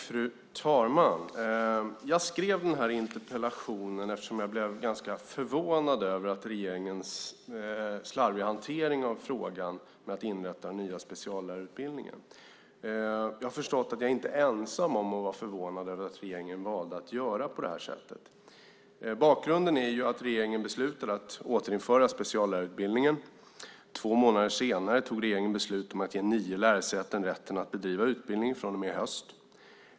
Fru talman! Jag skrev den här interpellationen eftersom jag blev ganska förvånad över regeringens slarviga hantering av frågan om att inrätta den nya speciallärarutbildningen. Jag har också förstått att jag inte är ensam om att vara förvånad över att regeringen valde att göra på det här sättet. Bakgrunden är att regeringen beslutade att återinföra speciallärarutbildningen och två månader senare tog beslut om att ge nio lärosäten rätten att bedriva utbildningen från och med i höst.